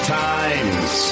times